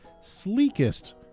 sleekest